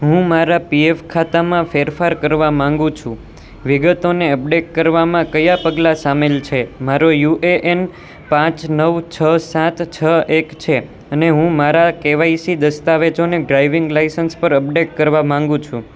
હું મારા પીએફ ખાતામાં ફેરફાર કરવા માગું છું વિગતોને અપડેટ કરવામાં કયા પગલાં સામેલ છે મારો યુ એ એન પાંચ નવ છ સાત છ એક છે અને હું મારા કેવાયસી દસ્તાવેજોને ડ્રાઇવિંગ લાયસન્સ પર અપડેટ કરવા માગું છું